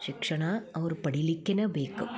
ಶಿಕ್ಷಣ ಅವರು ಪಡಿಲಿಕ್ಕೆನ ಬೇಕು